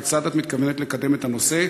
כיצד את מתכוונת לקדם את הנושא,